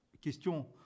question